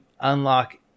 unlock